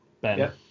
Ben